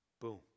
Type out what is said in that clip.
Boom